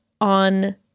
on